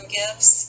gifts